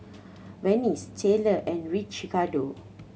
Vance Taylor and